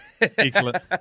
Excellent